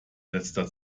letzter